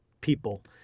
people